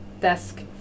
Desk